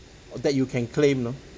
that you can claim you know